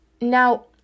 now